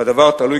והדבר תלוי,